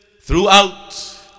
throughout